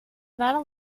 battle